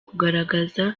kugaragaza